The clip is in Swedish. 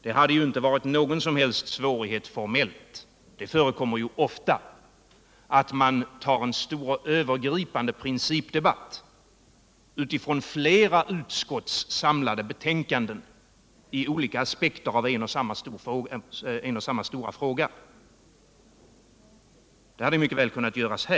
Det hade inte varit någon som helst svårighet att rent formellt och utifrån flera utskotts samlade betänkanden ta upp en stor och övergripande principdebatt från flera olika aspekter av en och samma stora fråga — det förekommer ju ofta och det hade mycket väl kunnat göras nu.